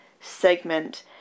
segment